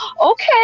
okay